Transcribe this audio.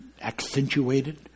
accentuated